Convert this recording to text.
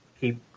Keep